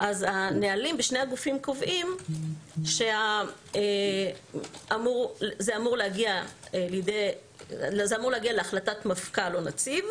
אז הנהלים בשני הגופים קובעים שזה אמור להגיע להחלטת מפכ"ל או נציב,